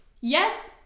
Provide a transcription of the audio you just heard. Yes